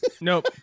Nope